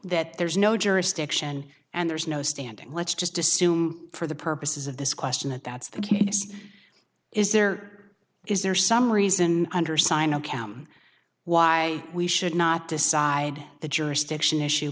that there's no jurisdiction and there's no standing let's just assume for the purposes of this question that that's the case is there is there some reason under sino cam why we should not decide the jurisdiction issue